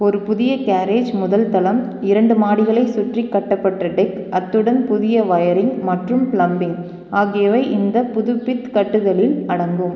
ஒரு புதிய கேரேஜ் முதல் தளம் இரண்டு மாடிகளைச் சுற்றிக் கட்டப்பட்ட டெக் அத்துடன் புதிய ஒயரிங் மற்றும் பிளம்பிங் ஆகியவை இந்த புதுப்பித்து கட்டுதலில் அடங்கும்